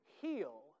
heal